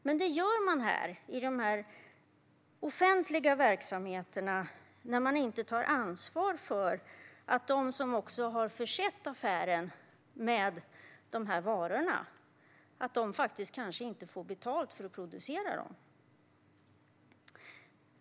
Men det är vad man gör i de här offentliga verksamheterna när man inte tar ansvar för att de som faktiskt har producerat varorna och försett affären med dem kanske inte får betalt.